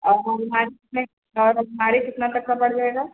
और अलमारी में और अलमारी कितना तक का पड़ जाएगा